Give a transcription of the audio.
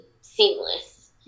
seamless